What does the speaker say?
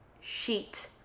sheet